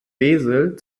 wesel